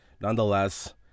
nonetheless